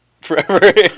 forever